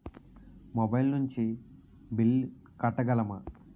Mobile నుంచి bill కట్టగలమ?